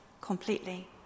completely